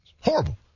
Horrible